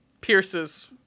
pierces